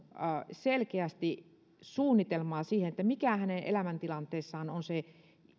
selkeästi suunnitelmaa siihen mikä hänen elämäntilanteessaan on se